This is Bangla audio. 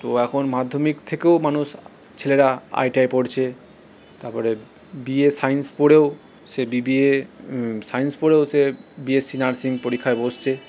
তো এখন মাধ্যমিক থেকেও মানুষ ছেলেরা আই টি আই পড়ছে তারপরে বি এ সায়েন্স পড়েও সে বি বি এ সায়েন্স পড়েও সে বি এস সি নার্সিং পরীক্ষায় বসছে